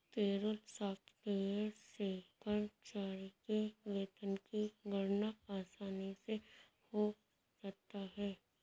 payroll software से कर्मचारी के वेतन की गणना आसानी से हो जाता है